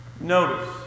Notice